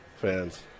fans